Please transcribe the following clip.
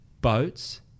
boats